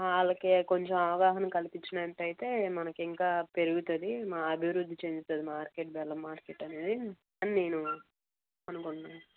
వాళ్ళకి కొంచెం అవగాహన కల్పించినటయితే మనకింకా పెరుగుతుంది అభివృద్ధి చెందుతుంది మార్కెట్ బెల్లం మార్కెట్ అనేది అని నేను అనుకుంటున్నాను